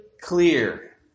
clear